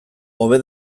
hobe